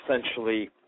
essentially